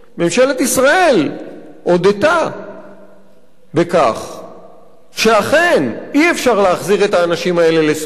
ממשלת ישראל הודתה בכך שאכן אי-אפשר להחזיר את האנשים האלה לסודן